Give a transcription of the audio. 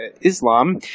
Islam